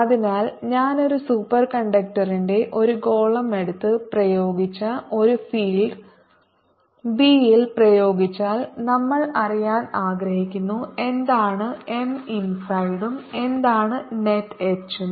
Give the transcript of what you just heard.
അതിനാൽ ഞാൻ ഒരു സൂപ്പർകണ്ടക്ടറിന്റെ ഒരു ഗോളമെടുത്ത് പ്രയോഗിച്ച ഒരു ഫീൽഡ് ബിയിൽ പ്രയോഗിച്ചാൽ നമ്മൾ അറിയാൻ ആഗ്രഹിക്കുന്നു എന്താണ് M ഇൻസൈഡ് ഉം എന്താണ് നെറ്റ് എച്ച് ഉം